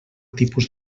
tipus